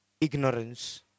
ignorance